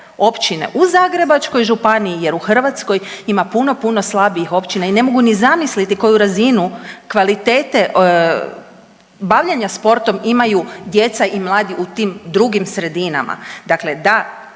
općine u Zagrebačkoj županiji jer u Hrvatskoj ima puno, puno slabijih općina i ne mogu ni zamisliti koju razinu kvalitete bavljenja sportom imaju djeca i mladi u tim drugim sredinama. Dakle, da